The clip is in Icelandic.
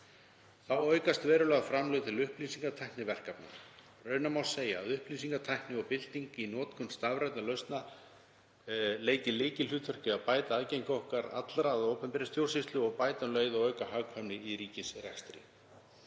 Þá aukast verulega framlög til upplýsingatækniverkefna. Raunar má segja að upplýsingatækni og bylting í notkun stafrænna lausna leiki lykilhlutverk í að bæta aðgengi okkar allra að opinberri stjórnsýslu og auka um leið hagkvæmni í ríkisrekstri.